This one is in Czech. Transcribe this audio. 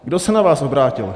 Kdo se na vás obrátil?